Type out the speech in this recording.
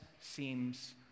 seems